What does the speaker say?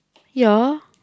yeah